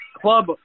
Club